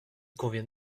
convient